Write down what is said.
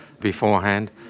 beforehand